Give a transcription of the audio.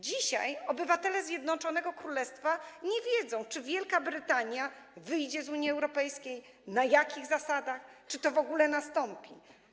Dzisiaj obywatele Zjednoczonego Królestwa nie wiedzą, czy Wielka Brytania wyjdzie z Unii Europejskiej, na jakich zasadach, czy w ogóle to nastąpi.